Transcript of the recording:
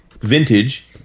vintage